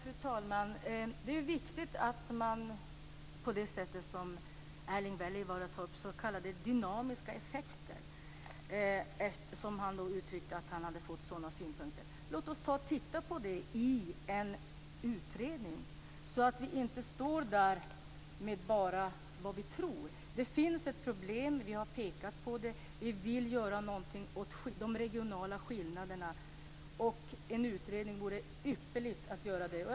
Fru talman! Det är viktigt att få sådana s.k. dynamiska effekter som Erling Wälivaara framhöll att han hade fått uppgift om. Låt oss titta på det i en utredning, så att vi inte står där och bara tror! Det finns ett problem som vi har pekat på. Vi vill göra någonting åt de regionala skillnaderna, och det vore ypperligt om det gjordes en utredning om detta.